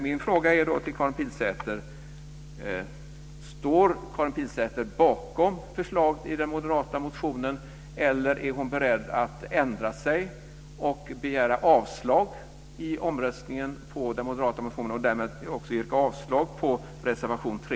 Min fråga till Karin Pilsäter är: Står Karin Pilsäter bakom förslaget i den moderata motionen, eller är hon beredd att ändra sig och i omröstningen begära avslag på den moderata motionen och därmed också yrka avslag på reservation 3?